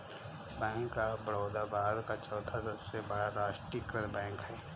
bank of Baroda Bharat का चौथा सबसे बड़ा राष्ट्रीयकृत बैंक है